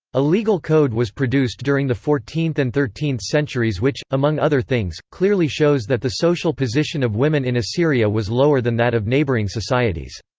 a legal code was produced during the fourteenth and thirteenth centuries which, among other things, clearly shows that the social position of women in assyria was lower than that of neighbouring societies.